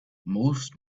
most